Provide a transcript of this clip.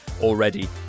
already